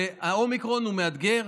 האומיקרון הוא מאתגר,